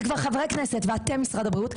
זה כבר חברי כנסת ואתם משרד הבריאות,